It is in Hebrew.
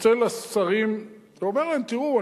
מצלצל לשרים ואומר להם: תראו,